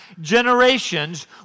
generations